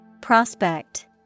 Prospect